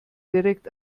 direkt